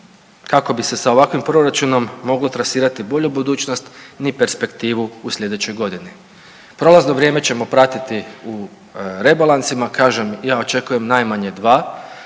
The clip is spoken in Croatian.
kako bi se sa ovakvim proračunom moglo trasirati bolju budućnost ni perspektivu u slijedećoj godini. Prolazno vrijeme ćemo pratiti u rebalansima, kažem ja očekujem najmanje 2,